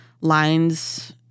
lines